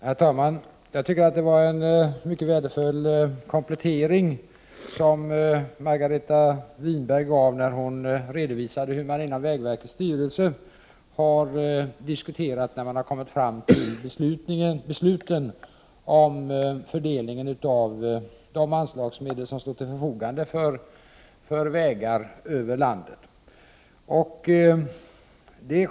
Herr talman! Jag tycker att det var en mycket värdefull komplettering som Margareta Winberg gjorde när hon redovisade hur man inom vägverkets styrelse har diskuterat när man kommit fram till besluten om fördelningen över landet av de anslagsmedel som står till förfogande för vägar.